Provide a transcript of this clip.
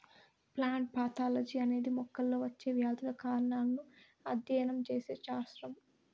plant pathology అనేది మొక్కల్లో వచ్చే వ్యాధుల కారణాలను అధ్యయనం చేసే శాస్త్రం